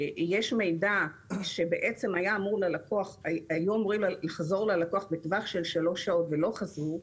מידע שהיו אמורים לחזור ללקוח בטווח של שלוש שעות ולא חזרו,